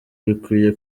bikwiye